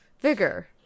vigor